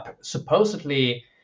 supposedly